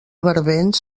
barbens